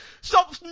Stop